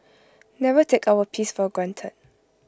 never take our peace for granted